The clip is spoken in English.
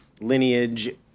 lineage